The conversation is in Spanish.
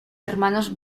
hermanos